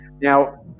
Now